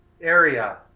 area